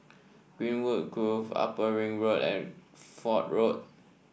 Greenwood Grove Upper Ring Road and Fort Road